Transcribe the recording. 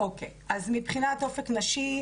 מבחינת אופק נשי,